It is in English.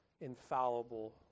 infallible